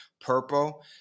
purple